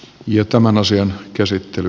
jo tämän asian käsittely